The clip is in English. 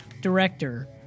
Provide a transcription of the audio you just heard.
Director